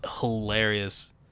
hilarious